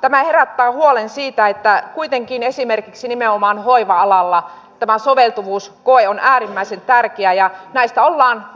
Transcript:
tämä herättää huolen siitä että vaikka kuitenkin esimerkiksi nimenomaan hoiva alalla tämä soveltuvuuskoe on äärimmäisen tärkeä niin näistä ollaan